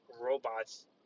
robots